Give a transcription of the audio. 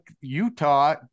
Utah